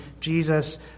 Jesus